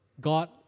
God